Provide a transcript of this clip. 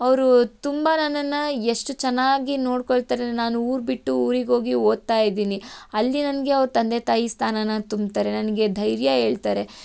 ಅವರು ತುಂಬ ನನ್ನನ್ನು ಎಷ್ಟು ಚೆನ್ನಾಗಿ ನೋಡಿಕೊಳ್ತಾರೆ ನಾನು ಊರುಬಿಟ್ಟು ಊರಿಗೆ ಹೋಗಿ ಓದ್ತಾ ಇದ್ದೀನಿ ಅಲ್ಲಿ ನನಗೆ ಅವ್ರು ತಂದೆ ತಾಯಿ ಸ್ಥಾನನ ತುಂಬ್ತಾರೆ ನನಗೆ ಧೈರ್ಯ ಹೇಳ್ತಾರೆ